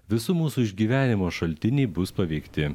visų mūsų išgyvenimo šaltiniai bus paveikti